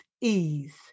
ease